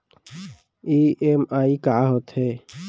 EMI का होथे?